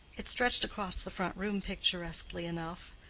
it stretched across the front room picturesquely enough,